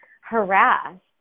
harassed